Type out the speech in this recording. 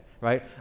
right